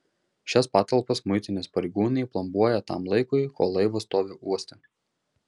šias patalpas muitinės pareigūnai plombuoja tam laikui kol laivas stovi uoste